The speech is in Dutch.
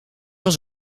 was